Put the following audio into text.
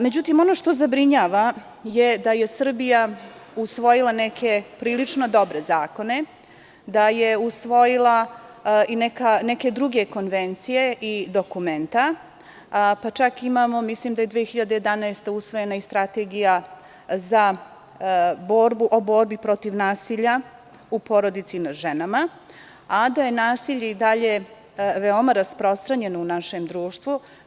Međutim, ono što zabrinjava je da je Srbija usvojila neke prilično dobre zakone, da je usvojila i neke druge konvencije i dokumenta, pa čak mislim da je 2011. godine usvojena i Strategija o borbi protiv nasilja u porodici i nad ženama, a da je nasilje i dalje veoma rasprostranjeno u našem društvu.